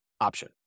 option